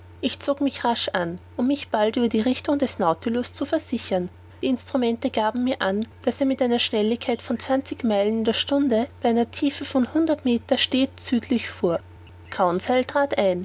ich zog mich rasch an um mich bald über die richtung des nautilus zu versichern die instrumente gaben mir an daß er mit einer schnelligkeit von zwanzig meilen in der stunde bei einer tiefe von hundert meter stets südlich fuhr conseil trat ein